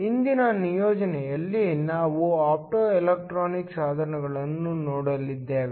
ಇಂದಿನ ನಿಯೋಜನೆಯಲ್ಲಿ ನಾವು ಆಪ್ಟೊಎಲೆಕ್ಟ್ರಾನಿಕ್ ಸಾಧನಗಳನ್ನು ನೋಡಲಿದ್ದೇವೆ